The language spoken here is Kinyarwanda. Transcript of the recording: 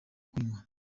kurwanya